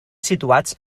situats